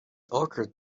occurred